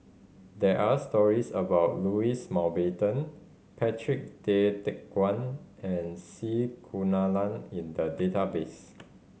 there are stories about Louis Mountbatten Patrick Tay Teck Guan and C Kunalan in the database